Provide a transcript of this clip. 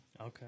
Okay